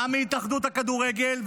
גם מהתאחדות הכדורגל,